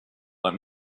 let